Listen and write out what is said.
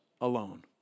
alone